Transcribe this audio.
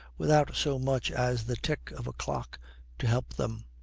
without so much as the tick of a clock to help them.